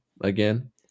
Again